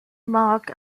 mark